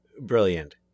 brilliant